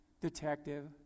detective